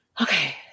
Okay